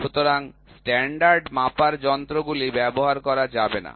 সুতরাং স্ট্যান্ডার্ড মাপার যন্ত্র গুলি ব্যবহার করা যাবে না